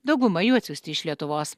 dauguma jų atsiųsti iš lietuvos